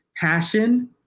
passion